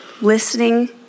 Listening